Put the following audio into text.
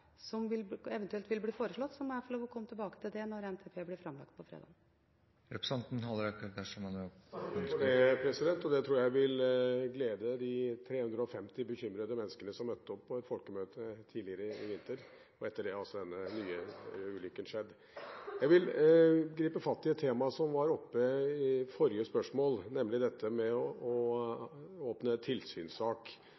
eventuelt vil bli foreslått, må jeg få lov til å komme tilbake til det når NTP blir framlagt på fredag. Takk for det. Det tror jeg vil glede de 350 bekymrede menneskene som møtte opp på et folkemøte tidligere i vinter. Etter det har altså den nye ulykken skjedd. Jeg vil gripe fatt i et tema som var oppe i forrige spørsmål, nemlig dette med å